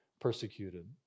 persecuted